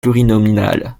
plurinominal